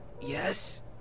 Yes